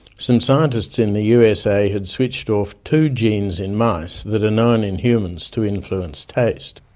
some scientists in the usa had switched off two genes in mice that are known in humans to influence taste.